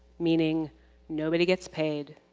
meaning nobody gets paid,